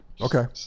Okay